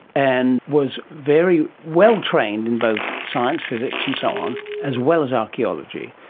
and was very well trained in both science, physics and so on, as well as archaeology,